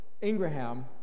Ingraham